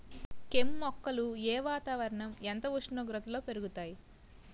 కెమ్ మొక్కలు ఏ వాతావరణం ఎంత ఉష్ణోగ్రతలో పెరుగుతాయి?